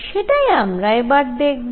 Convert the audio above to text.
সেটাই আমরা এবার দেখব